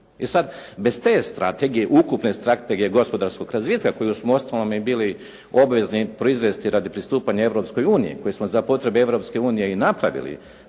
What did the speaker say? I sad bez te strategije, ukupne strategije gospodarskog razvitka, koju smo uostalom i bili obvezni proizvesti radi pristupanja Europskoj uniji,